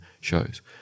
shows